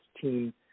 team